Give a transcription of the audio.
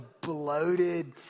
bloated